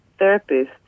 therapists